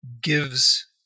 gives